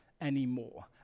anymore